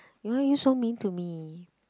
why are you so mean to me